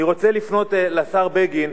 אני רוצה לפנות לשר בגין,